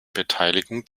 beteiligung